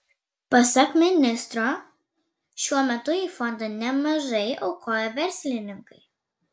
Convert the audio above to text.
pasak ministro šiuo metu į fondą nemažai aukoja verslininkai